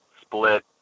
split